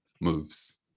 moves